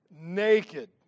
naked